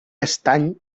estany